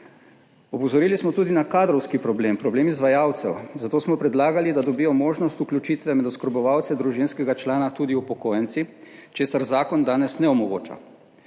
Opozorili smo tudi na kadrovski problem, problem izvajalcev, zato smo predlagali, da dobijo možnost vključitve med oskrbovance družinskega člana tudi upokojenci, česar zakon danes ne omogoča.